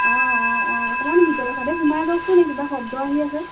অঁ অঁ অঁ অকণমান ভিতৰৰ ছাইডে সোমাই যাওকচোন এই কিবা শব্দ আহি আছে